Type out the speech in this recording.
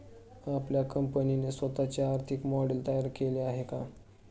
आपल्या कंपनीने स्वतःचे आर्थिक मॉडेल तयार केले आहे का?